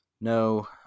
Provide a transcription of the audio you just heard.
No